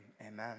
amen